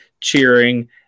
cheering